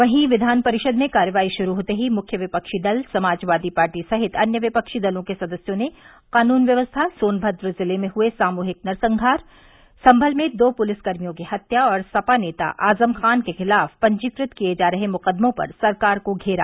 वहीं विधान परिषद में कार्यवाही ग्रुरू होते ही मुख्य विपक्षी दल समाजवादी पार्टी सहित अन्य विपक्षी दलों के सदस्यों ने कानून व्यवस्था सोनथद्र जिले में हुए सामूहिक नरसंहार संभल में दो पुलिस कर्मियों की हत्या और सपा नेता आज़म खां के खिलाफ़ पंजीकृत किये जा रहे मुक़दमों पर सरकार को घेरा